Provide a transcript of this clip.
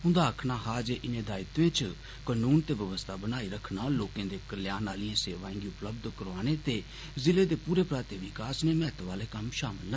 उन्दा आखना हा जे इनें दायित्वें च कनून ते व्यवस्था बनाई रखना लोकें दे कल्याण आहलिए सेवाएं गी उपलब्य करोआने ते जिलें दे पूर पराते विकास जनेह् महत्व आलें कम्म शामल न